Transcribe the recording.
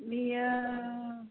बियो